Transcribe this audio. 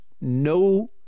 no